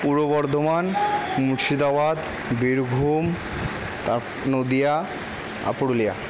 পূর্ব বর্ধমান মুর্শিদাবাদ বীরভূম নদিয়া আর পুরুলিয়া